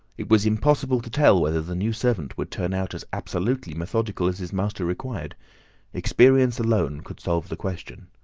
it was impossible to tell whether the new servant would turn out as absolutely methodical as his master required experience alone could solve the question.